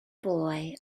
boy